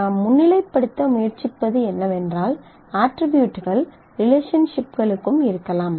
நாம் முன்னிலைப்படுத்த முயற்சிப்பது என்னவென்றால் அட்ரிபியூட்கள் ரிலேஷன்ஷிப்களுக்கும் இருக்கலாம்